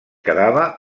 quedava